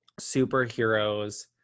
superheroes